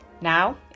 Now